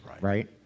right